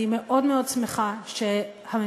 אני מאוד מאוד שמחה שהממשלה,